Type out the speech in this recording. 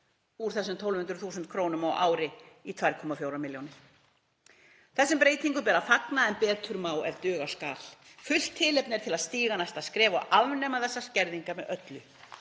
úr þessum 1.200.000 kr. á ári í 2,4 milljónir. Þessum breytingum ber að fagna en betur má ef duga skal. Fullt tilefni er til að stíga næsta skref og afnema þessar skerðingar með öllu.